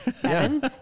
seven